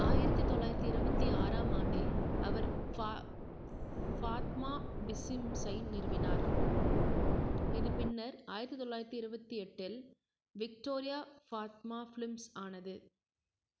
ஆயிரத்து தொள்ளாயிரத்து இருபத்தி ஆறாம் ஆண்டில் அவர் ஃபாத்மா பிஸிம்ஸை நிறுவினார் இது பின்னர் ஆயிரத்து தொள்ளாயிரத்து இருபத்தி எட்டில் விக்டோரியா ஃபாத்மா பிலிம்ஸ் ஆனது